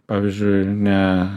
pavyzdžiui ne